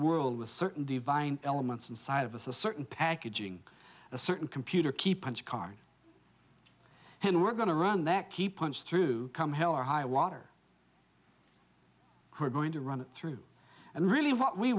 world with certain divine elements inside of us a certain packaging a certain computer key punch card henry going to run that key punch through come hell or highwater who are going to run it through and really what we